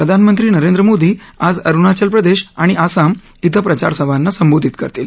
प्रधानमंत्री नरेंद्र मोदी आज अरुणाचल प्रदेश आणि आसाम ििं प्रचार सभांना संबोधित करतील